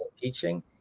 teaching